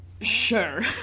Sure